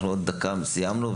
אנחנו עוד דקה מסיימים,